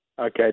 Okay